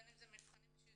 בין אם זה מבחנים אישיותיים,